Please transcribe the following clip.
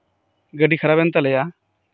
ᱜᱟᱹᱰᱤ ᱠᱷᱟᱨᱟᱯ ᱮᱱ ᱛᱟᱞᱮᱭᱟ